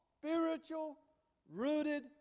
spiritual-rooted